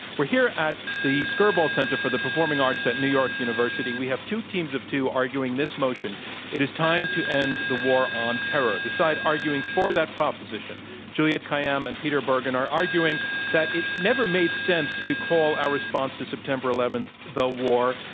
we're here at the skirball center for the performing arts at new york university. we have two teams of two arguing this motion it is time to end the war on terror. the side arguing for that proposition juliette kayyem and peter bergen are arguing that it never made sense to call our response to september eleventh the war,